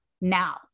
now